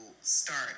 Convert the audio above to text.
start